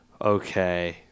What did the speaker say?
okay